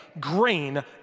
grain